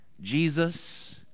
jesus